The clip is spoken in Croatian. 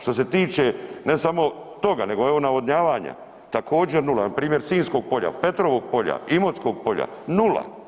Što se tiče ne samo toga, nego evo navodnjavanja, također nula, npr. Sinjskog polja, Petrovog polja, Imotskog polja, nula.